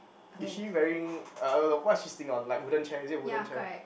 is she wearing uh no no what is she sitting on like wooden chair is it wooden chair